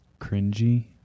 cringy